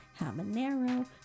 habanero